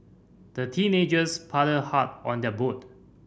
the teenagers paddled hard on their boat